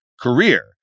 career